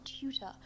tutor